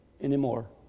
anymore